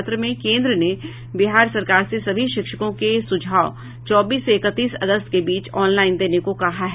पत्र में केन्द्र ने बिहार सरकार से शिक्षकों के सुझाव चौबीस से इकतीस अगस्त के बीच ऑनलाईन देने को कहा है